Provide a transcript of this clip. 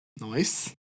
Nice